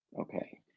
Okay